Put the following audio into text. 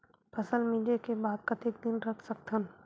फसल मिंजे के बाद कतेक दिन रख सकथन?